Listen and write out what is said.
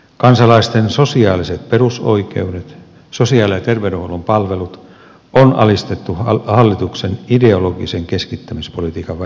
kansalaisten sosiaaliset perusoikeudet sosiaali ja terveydenhuollon palvelut on alistettu hallituksen ideologisen keskittämispolitiikan välineeksi